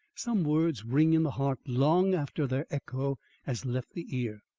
some words ring in the heart long after their echo has left the ear.